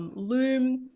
um loom,